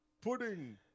Pudding